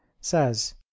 says